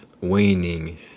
waning